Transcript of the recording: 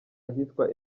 ahitwa